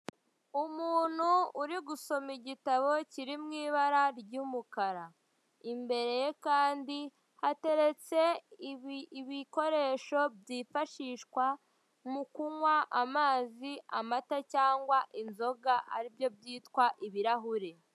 Umuntu uri gusoma igitabo kiri mu ibara ry'umukara, imbere ye kandi hateretse ibikoresho byifashishwa mukunywa amazi, amata cyangwa inzoga ari byo byitwa ibirahure.